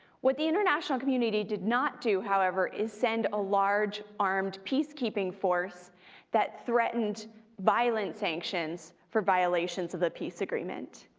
what the international community did not do, however, is send a large, armed peacekeeping force that threatened violent sanctions for violations of the peace agreement.